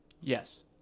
yes